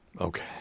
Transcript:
Okay